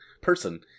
person